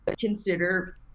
consider